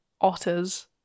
Otters